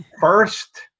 first